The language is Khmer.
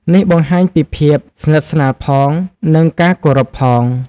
នេះបង្ហាញពីភាពស្និទ្ធស្នាលផង និងការគោរពផងដែរ។